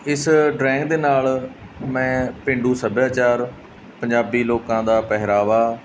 ਇਸ ਡਰਾਇੰਗ ਦੇ ਨਾਲ ਮੈਂ ਪੇਂਡੂ ਸੱਭਿਆਚਾਰ ਪੰਜਾਬੀ ਲੋਕਾਂ ਦਾ ਪਹਿਰਾਵਾ